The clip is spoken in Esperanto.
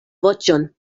voĉon